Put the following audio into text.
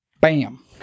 Bam